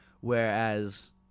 whereas